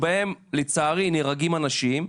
שלצערי נהרגים בהם אנשים.